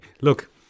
look